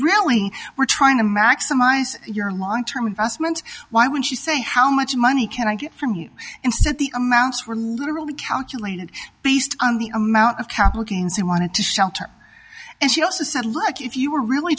really were trying to maximize your long term investment why would you say how much money can i get from you instead the amounts were literally calculated based on the amount of capital gains you wanted to shelter and she also said like if you were really